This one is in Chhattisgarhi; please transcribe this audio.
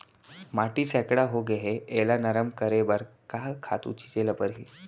माटी सैकड़ा होगे है एला नरम करे बर का खातू छिंचे ल परहि?